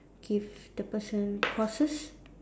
give the person courses